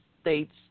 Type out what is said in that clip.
States